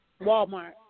Walmart